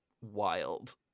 wild